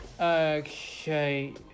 Okay